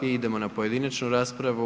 I idemo na pojedinačnu raspravu.